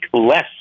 less